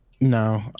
No